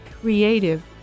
creative